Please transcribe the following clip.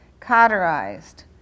cauterized